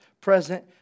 present